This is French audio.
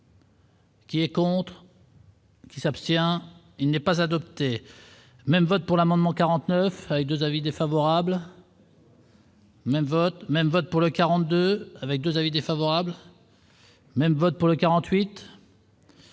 Qui est contre. Qui s'abstient, il n'est pas adopté même voté pour l'amendement 49 avec 2 avis défavorables. Même vote même vote pour le 42 avec 2 avis défavorables. Même vote pour le 48.